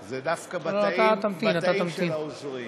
זה דווקא בתאים של העוזרים.